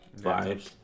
vibes